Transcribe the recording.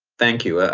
thank you, ah